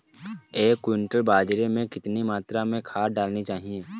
एक क्विंटल बाजरे में कितनी मात्रा में खाद डालनी चाहिए?